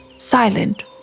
silent